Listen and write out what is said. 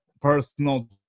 Personal